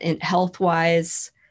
health-wise